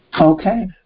Okay